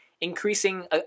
increasing